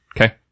Okay